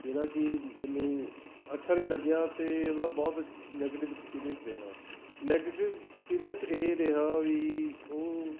ਜਿਹੜਾ ਕਿ ਮੈਨੂੰ ਅੱਛਾ ਨਹੀਂ ਲੱਗਿਆ ਅਤੇ ਇਹਦਾ ਬਹੁਤ ਨੈਗੇਟਿਵ ਐਕਸਪੀਰੀਅੰਸ ਰਿਹਾ ਨੈਗੇਟਿਵ ਐਕਸਪੀਰੀਅੰਸ ਇਹ ਰਿਹਾ ਵੀ ਉਹ